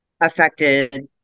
affected